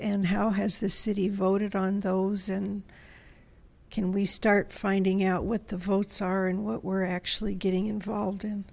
and how has the city voted on those and can we start finding out with the votes are and what we're actually getting involved in